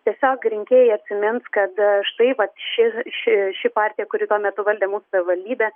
tiesiog rinkėjai atsimins kad štai vat ši ši ši partija kuri tuo metu valdė mūsų savivaldybę